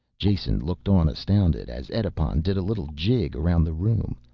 jason looked on astounded as edipon did a little jig around the room,